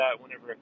whenever